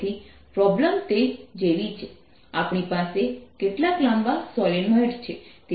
તેથી પ્રોબ્લેમ તે જેવી છે આપણી પાસે કેટલાક લાંબા સોલેનોઇડ છે